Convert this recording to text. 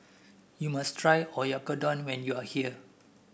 you must try Oyakodon when you are here